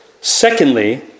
Secondly